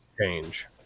change